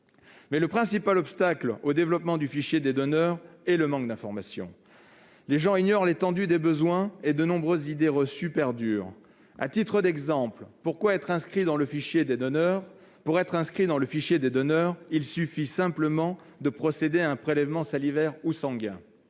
Mais le principal obstacle au développement du fichier des donneurs est le manque d'information. Les gens ignorent l'étendue des besoins et de nombreuses idées reçues perdurent. À titre d'exemple, pour être inscrit dans le fichier des donneurs, il suffit de procéder à un prélèvement salivaire ou sanguin.